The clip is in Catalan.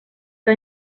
que